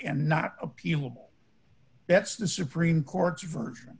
and not appeal that's the supreme court's version